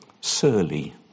surly